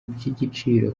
iby’igiciro